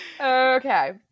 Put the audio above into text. okay